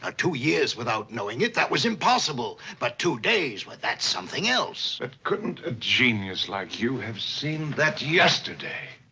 ah two years without knowing it, that was impossible, but, two days, well, that's something else. but couldn't a genius like you have seen that yesterday?